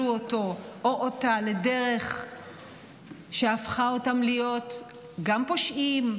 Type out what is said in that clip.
אותו או אותה לדרך שהפכה אותם להיות גם פושעים,